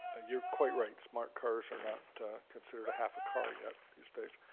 you're quite right, smart cars are not considered a half a car yet these days.